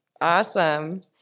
Awesome